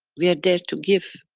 we are there to give.